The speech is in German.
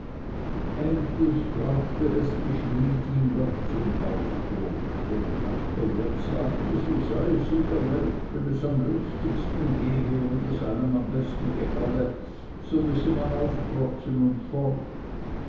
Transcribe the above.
endlich brachte es die schmiedin doch zum aufbruch obgleich der wirt sagte so sei es in der welt wenn es am lustigsten gehe und es einem am besten gefalle so müsse man aufprotzen und fort